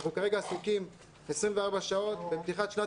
אנחנו כרגע עסוקים 24 שעות בפתיחת שנת